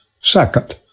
Second